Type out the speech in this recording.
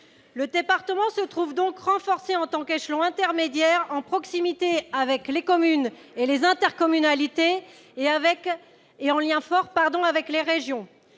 Le département se trouve donc renforcé en tant qu'échelon intermédiaire, dans la proximité avec les communes et les intercommunalités et en lien fort avec les régions.